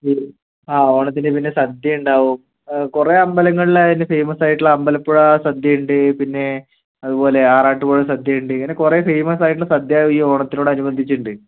ആ ഓണത്തിന് പിന്നെ സദ്യ ഉണ്ടാവും കുറെ അമ്പലങ്ങളിൽ ഫേമസ് ആയിട്ടുള്ള അമ്പലപ്പുഴ സദ്യയുണ്ട് പിന്നെ അതുപോലെ ആറാട്ടുപുഴ സദ്യയുണ്ട് അങ്ങനെ കുറേ ഫേമസ് ആയിട്ടുള്ള സദ്യ ഈ ഓണത്തിനോട് അനുബന്ധിച്ച് ഉണ്ട്